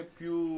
più